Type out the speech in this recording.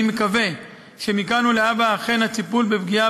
אני מקווה שמכאן ולהבא אכן הטיפול בפגיעה